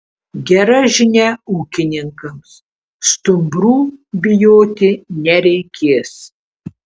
gera žinia ūkininkams stumbrų bijoti nereikės